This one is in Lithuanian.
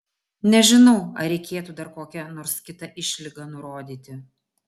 nežinau ar reikėtų dar kokią nors kitą išlygą nurodyti